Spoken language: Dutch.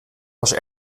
was